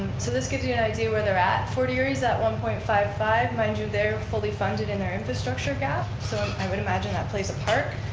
so this gives you an idea where they're at. fort erie's up one point five five. mind you, they're fully funded in their infrastructure gap so i would imagine that plays a part.